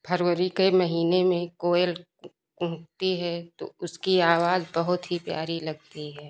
फरवरी के महीने में कोयल उं कुहुंकती है तो उसकी आवाज़ बहुत ही प्यारी लगती है